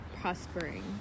prospering